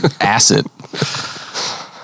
Acid